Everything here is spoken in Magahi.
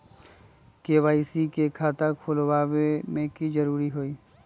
के.वाई.सी के खाता खुलवा में की जरूरी होई?